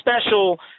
special